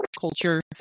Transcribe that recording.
culture